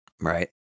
right